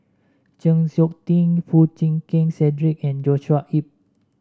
Chng Seok Tin Foo Chee Keng Cedric and Joshua Ip